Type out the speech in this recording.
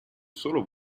solo